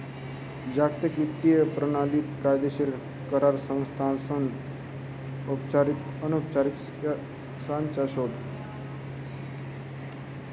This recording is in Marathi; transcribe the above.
जागतिक वित्तीय परणाली कायदेशीर करार संस्थासना औपचारिक अनौपचारिक साचा शे